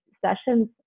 sessions